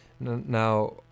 Now